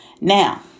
Now